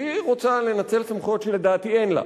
שהיא רוצה לנצל סמכויות שלדעתי אין לה,